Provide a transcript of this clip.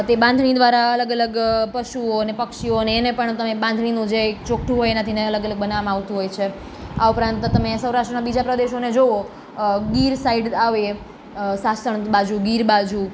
તે બાંધણી દ્વારા અલગ અલગ પશુઓ અને પક્ષીઓને એને પણ તમે બાંધણીનું જે એક ચોકઠું હોય એનાથી એ અલગ અલગ બનાવવામાં આવતું હોય છે આ ઉપરાંત તો તમે સૌરાસ્ટ્રના બીજા પ્રદેશોને જુઓ ગીર સાઈડ આવે સાસણ બાજુ ગીર બાજુ